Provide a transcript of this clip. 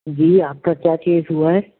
जी आपका क्या केस हुआ है